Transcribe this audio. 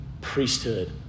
priesthood